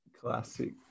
Classic